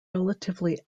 relatively